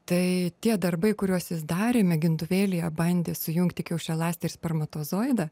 tai tie darbai kuriuos jis darė mėgintuvėlyje bandė sujungti kiaušialąstę ir spermatozoidą